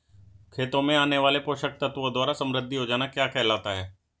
खेतों में आने वाले पोषक तत्वों द्वारा समृद्धि हो जाना क्या कहलाता है?